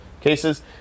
cases